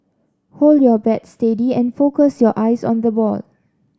hold your bat steady and focus your eyes on the ball